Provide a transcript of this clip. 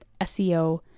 SEO